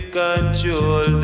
control